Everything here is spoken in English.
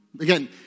Again